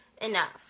enough